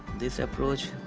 this approach.